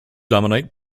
dominate